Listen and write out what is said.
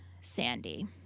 Sandy